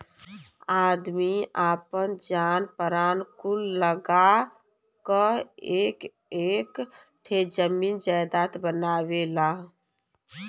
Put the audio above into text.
आदमी आपन जान परान कुल लगा क एक एक ठे जमीन जायजात बनावेला